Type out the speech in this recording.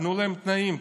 תנו להם תנאים,